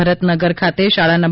ભરતનગર ખાતે શાળા નં